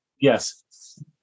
Yes